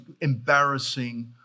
embarrassing